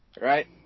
right